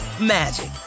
magic